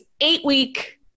eight-week